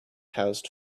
housed